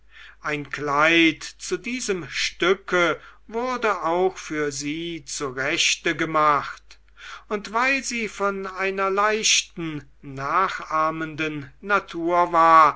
ein kleid zu diesem stücke wurde auch für sie zurechte gemacht und weil sie von einer leichten nachahmenden natur war